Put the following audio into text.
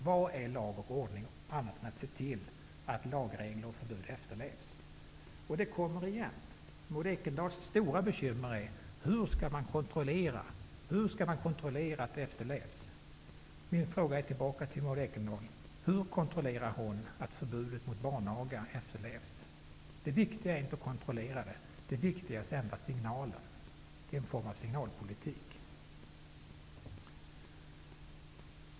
Vad är lag och ordning, annat än att se till att lagregler och förbud efterlevs? Och detta kommer igen. Maud Ekendahls stora bekymmer är hur man skall kunna kontrollera att ett förbud efterlevs. Min fråga tillbaka till Maud Ekendahl är: Hur kontrollerar man att förbudet mot barnaga efterlevs? Det viktiga är inte att kontrollera efterlevandet av förbudet, utan det är att sända signaler, alltså en form av signalpolitik.